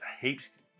heaps